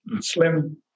slim